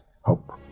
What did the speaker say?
Hope